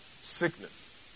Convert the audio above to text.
sickness